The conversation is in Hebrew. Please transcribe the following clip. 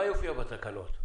מה יופיע בתקנות?